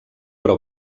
però